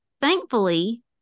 thankfully